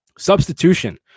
Substitution